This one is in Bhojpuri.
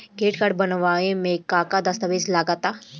क्रेडीट कार्ड बनवावे म का का दस्तावेज लगा ता?